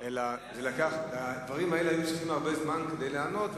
אלא הדברים היו צריכים הרבה זמן כדי להיענות,